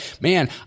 man